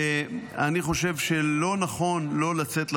אני חושב שלא נכון לא לצאת לדרך,